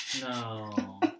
No